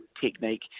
technique